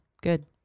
Good